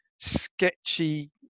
sketchy